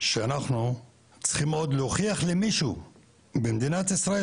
שאנחנו צריכים עוד להוכיח למישהו במדינת ישראל